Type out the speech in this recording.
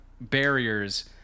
barriers